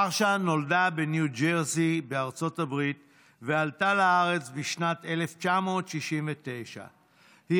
מרשה נולדה בניו ג'רזי שבארצות הברית ועלתה לארץ בשנת 1969. היא